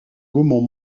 gaumont